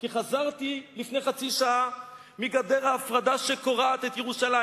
כי חזרתי לפני חצי שעה מגדר ההפרדה שקורעת את ירושלים.